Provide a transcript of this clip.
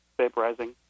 vaporizing